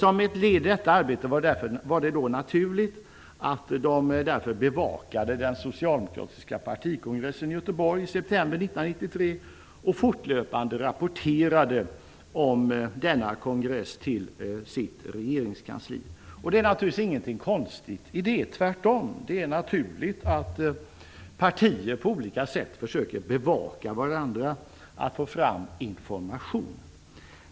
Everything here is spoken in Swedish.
Som ett led i detta arbete var det naturligt att de bevakade den socialdemokratiska partikongressen i Göteborg i september 1993 och fortlöpande rapporterade om denna kongress till regeringskansliet. Det är naturligtvis ingenting konstigt i det, tvärtom. Det är naturligt att partier på olika sätt försöker bevaka varandra för att få fram information.